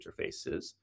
interfaces